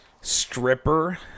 stripper